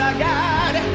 god!